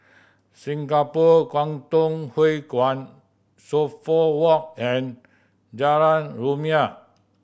Singapore Kwangtung Hui Kuan Suffolk Walk and Jalan Rumia